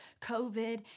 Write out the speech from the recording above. COVID